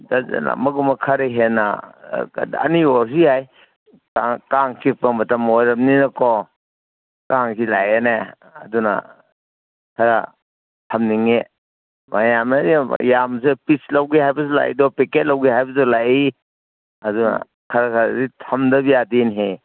dozen ꯑꯃꯒꯨꯝꯕ ꯈꯔ ꯍꯦꯟꯅ ꯑꯅꯤ ꯑꯣꯏꯔꯁꯨ ꯌꯥꯏ ꯀꯥꯡ ꯆꯤꯛꯄ ꯃꯇꯝ ꯑꯣꯏꯔꯝꯅꯤꯅꯀꯣ ꯀꯥꯡꯁꯤ ꯂꯥꯛꯑꯦꯅ ꯑꯗꯨꯅ ꯈꯔ ꯊꯝꯅꯤꯡꯉꯤ ꯃꯌꯥꯝ ꯌꯥꯝꯁꯨ ꯄꯤꯁ ꯂꯧꯒꯦ ꯍꯥꯏꯕꯁꯨ ꯂꯥꯛꯏ ꯑꯗꯣ ꯄꯦꯀꯦꯠ ꯂꯧꯒꯦ ꯍꯥꯏꯕꯁꯨ ꯂꯥꯛꯏ ꯑꯗꯨꯅ ꯈꯔ ꯈꯔꯗꯤ ꯊꯝꯗꯕ ꯌꯥꯗꯦꯅꯦꯍꯦ